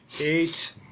Eight